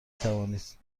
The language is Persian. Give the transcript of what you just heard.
توانید